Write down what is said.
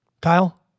Kyle